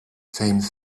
same